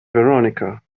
veronica